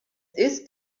ist